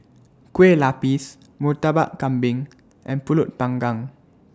Kueh Lapis Murtabak Kambing and Pulut Panggang